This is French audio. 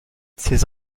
ces